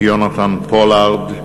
יונתן פולארד,